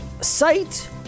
site